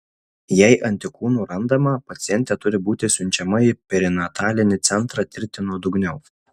jei antikūnų randama pacientė turi būti siunčiama į perinatalinį centrą tirti nuodugniau